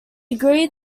agreed